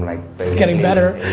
like getting better.